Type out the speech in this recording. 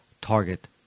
target